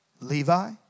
Levi